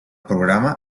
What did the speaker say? programa